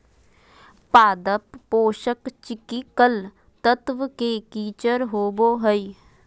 पादप पोषक चिकिकल तत्व के किचर होबो हइ